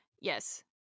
Yes